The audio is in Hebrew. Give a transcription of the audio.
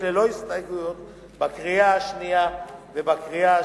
ללא הסתייגויות בקריאה השנייה ובקריאה השלישית,